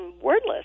wordless